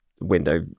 window